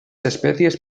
especies